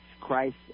Christ